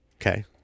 Okay